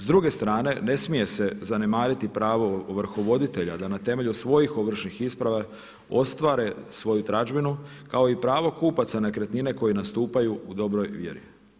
S druge strane ne smije se zanemariti pravo ovrhovoditelja da na temelju svojih ovršnih isprava ostvare svoju tražbinu kao i pravo kupaca nekretnine koji nastupaju dobroj vjeri.